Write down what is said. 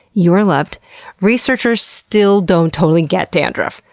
you are loved researchers still don't totally get dandruff.